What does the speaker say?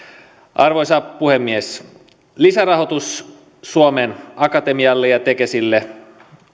arvoisa puhemies lisärahoitus suomen akatemialle ja tekesille